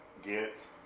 get